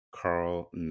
Carl